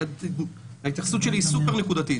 ההתייחסות שלי היא סופר-נקודתית.